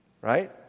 Right